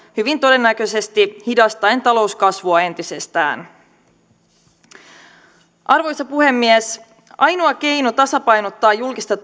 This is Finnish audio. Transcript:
hyvin todennäköisesti hidastaen talouskasvua entisestään arvoisa puhemies ainoa keino tasapainottaa julkista